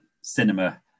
cinema